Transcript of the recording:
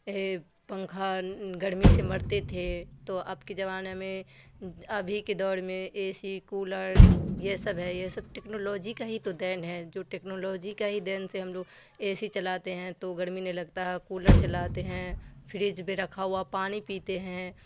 اے پنکھا گرمی سے مرتے تھے تو اب کے زمانے میں ابھی کے دور میں اے سی کولر یہ سب ہے یہ سب ٹیکنالوجی کا ہی تو دین ہے جو ٹیکنالوجی کا ہی دین سے ہم لوگ اے سی چلاتے ہیں تو گرمی نہیں لگتا کولر چلاتے ہیں فریج پہ رکھا ہوا پانی پیتے ہیں